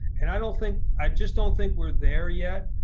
and i don't think i just don't think we're there yet.